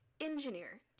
engineer